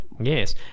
Yes